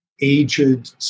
aged